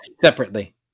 Separately